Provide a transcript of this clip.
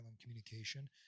communication